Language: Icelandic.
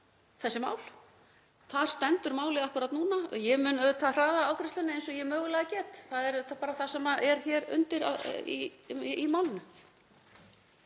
þessi mál. Þar stendur málið akkúrat núna og ég mun auðvitað hraða afgreiðslunni eins og ég mögulega get. Það er auðvitað það sem er hér undir í málinu.